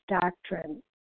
doctrine